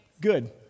good